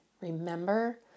remember